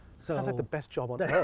so like the best job on earth.